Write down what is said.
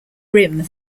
rim